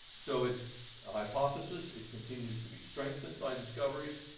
so it's a hypothesis. it continues to be strengthened by discoveries.